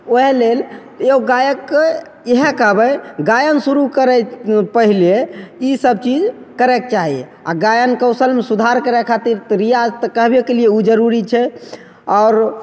ओएह लेल एगो गायक इएह कहबय गायन शुरू करयसँ पहिले ई सब चीज करयके चाही आओर गायन कौशलमे सुधार करयके खातिर रियाज तऽ कहबे कयलियै उ जरुरी छै आओर